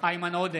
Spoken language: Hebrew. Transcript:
איימן עודה,